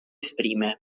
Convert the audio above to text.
esprime